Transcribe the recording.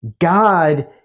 god